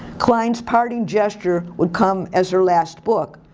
klein's parting gesture would come as her last book.